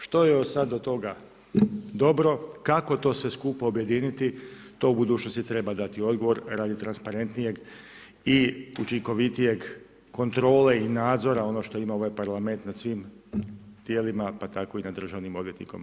Što je sad od toga dobro, kako to sve skupa objediniti, to u budućnosti treba dati odgovor radi transparentnijeg i učinkovitijeg kontrole i nadzora, ono što ima ovaj parlament nad svim tijelima, pa tako i nad državnim odvjetnik.